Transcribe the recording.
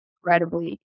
incredibly